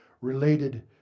related